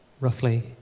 roughly